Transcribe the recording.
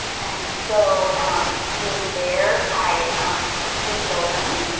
and so being there, i um i have two children.